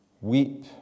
Weep